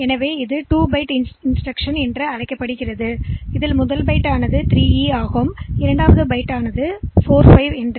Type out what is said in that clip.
எனவே இது 2 பைட் இன்ஸ்டிரக்ஷன்லாகும் அங்கு முதல் பைட் 3E இரண்டாவது பைட் 45 ஆகும்